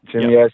Jimmy